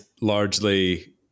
largely